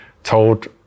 told